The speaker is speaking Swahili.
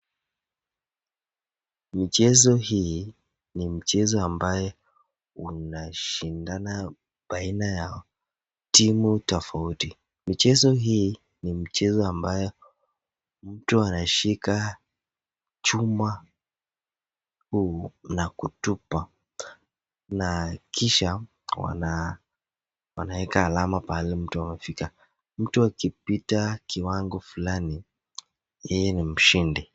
Michezo hii ni michezo ambayo unashindana baina ya timu tofauti. Michezo hii, ni michezo ambayo mtu anashika chuma huu na kutupa na kisha wanaweka alama pahali mtu amefika. Mtu akipita kiwango fulani, yeye ni mshindi.